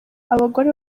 abagore